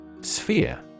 Sphere